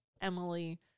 Emily